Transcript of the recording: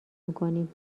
میکنیم